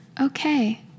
Okay